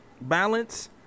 balance